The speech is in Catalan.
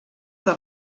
que